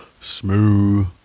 smooth